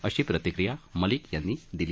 अशी प्रतिक्रीया मलिक यांनी दिली